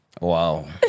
Wow